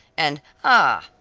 and ah,